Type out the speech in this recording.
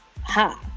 ha